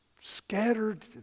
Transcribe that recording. scattered